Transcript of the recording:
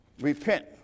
Repent